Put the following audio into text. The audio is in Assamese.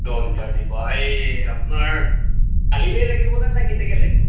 দহ লিটাৰ দিব এই আপোনাৰ কালিলৈ লাগিব নে নে কেতিয়াকে লাগিব